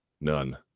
None